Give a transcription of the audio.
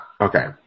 okay